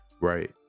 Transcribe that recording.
right